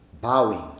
bowing